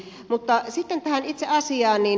mutta sitten tähän itse asiaan